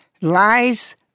lies